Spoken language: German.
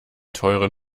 teuren